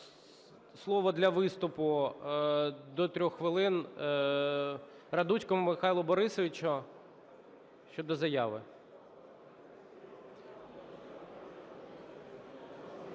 слово для виступу до 3 хвилин Радуцькому Михайлу Борисовичу щодо заяви.